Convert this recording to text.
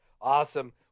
Awesome